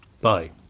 Bye